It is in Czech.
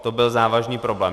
To byl závažný problém.